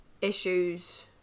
issues